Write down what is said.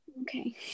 okay